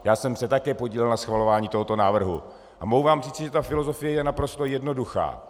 Také jsem se podílel na schvalování tohoto návrhu a mohu vám říci, že filozofie je naprosto jednoduchá.